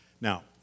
Now